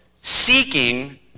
seeking